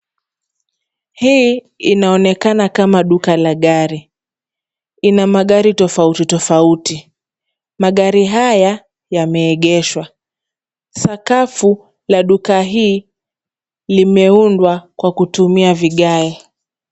Hii inaonekana kama duka la gari, Iina magari tofauti tofauti. Magari haya yameegeshwa. Sakafu la duka hii imeundwa kwa kutumia vigae.